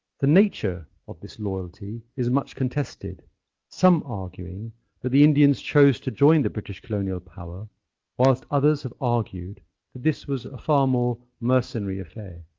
the nature of this loyalty is much contested some arguing that the indians chose to join the british colonial power whilst others have argued that this was a far more mercenary affair.